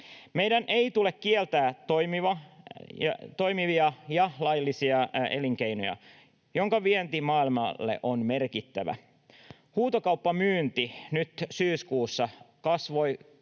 Meidän ei tule kieltää toimivaa ja laillista elinkeinoa, jonka vienti maailmalle on merkittävä. Huutokauppamyynti nyt syyskuussa kasvoi